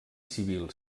civil